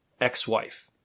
ex-wife